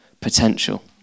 potential